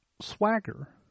swagger